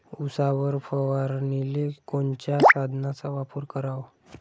उसावर फवारनीले कोनच्या साधनाचा वापर कराव?